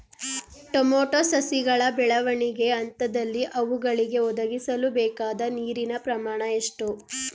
Tomato ಸಸಿಗಳ ಬೆಳವಣಿಗೆಯ ಹಂತದಲ್ಲಿ ಅವುಗಳಿಗೆ ಒದಗಿಸಲುಬೇಕಾದ ನೀರಿನ ಪ್ರಮಾಣ ಎಷ್ಟು?